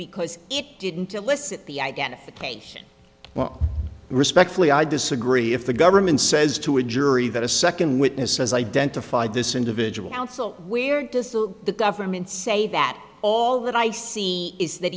because it didn't elicit the identification well respectfully i disagree if the government says to a jury that a second witness has identified this individual counsel where dissolute the government say that all that i see is that